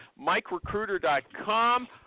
MikeRecruiter.com